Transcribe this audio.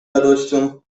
radością